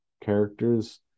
characters